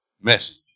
message